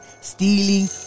stealing